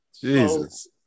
Jesus